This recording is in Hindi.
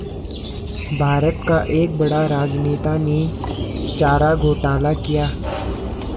भारत का एक बड़ा राजनेता ने चारा घोटाला किया